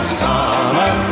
summer